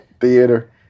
theater